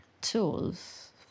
tools